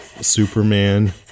superman